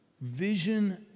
Vision